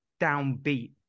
downbeat